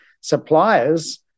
suppliers